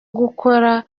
gukora